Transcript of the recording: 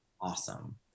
awesome